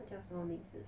他叫什么名字